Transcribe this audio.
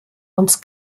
uns